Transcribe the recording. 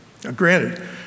Granted